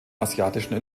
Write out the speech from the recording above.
asiatischen